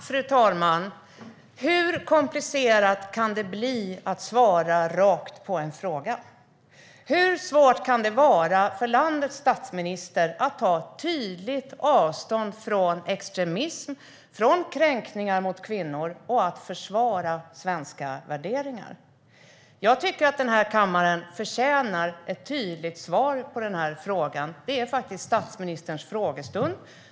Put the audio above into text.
Fru talman! Hur komplicerat kan det vara att svara rakt på en fråga? Hur svårt kan det vara för landets statsminister att ta tydligt avstånd från extremism och kränkningar mot kvinnor och att försvara svenska värder ingar? Jag tycker att den här kammaren förtjänar ett tydligt svar på den här frågan. Det är faktiskt statsministerns frågestund.